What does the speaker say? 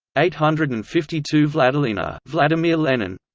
eight hundred and fifty two wladilena wladilena